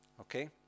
Okay